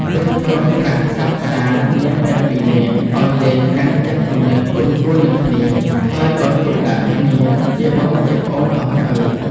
រួចទ្រង់ត្រាស់ផ្សះផ្សារ នាងទាំងពីរនាក់ ឲ្យលែងកាន់ចិត្តគំនិតគុំកួននឹងគ្នា ហើយឲ្យទុកដាក់គ្នាជាបងជាប្អូនតទៅ។